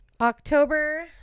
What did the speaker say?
October